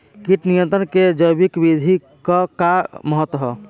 कीट नियंत्रण क जैविक विधि क का महत्व ह?